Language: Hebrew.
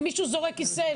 אם מישהו זורק כיסא,